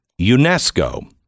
UNESCO